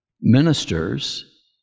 ministers